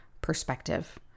perspective